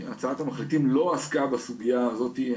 הצעת המחליטים לא עסקה בסוגיה הזאת.